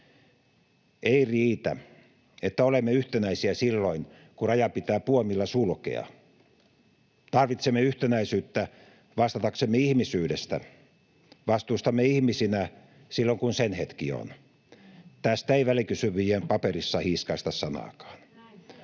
Ei riitä, että olemme yhtenäisiä silloin, kun raja pitää puomilla sulkea. Tarvitsemme yhtenäisyyttä vastataksemme ihmisyydestä, vastuustamme ihmisinä, silloin kun sen hetki on. Tästä ei välikysyjien paperissa hiiskaista sanaakaan.